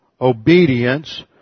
obedience